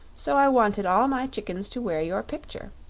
so i wanted all my chickens to wear your picture.